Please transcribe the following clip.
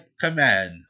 command